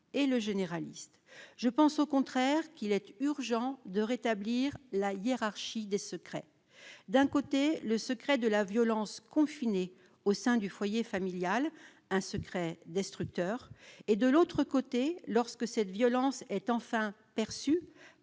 et le généraliste, je pense au contraire qu'il est urgent de rétablir la hiérarchie des secrets d'un côté, le secret de la violence confiné au sein du foyer familial Un secret destructeur et de l'autre côté, lorsque cette violence est enfin perçu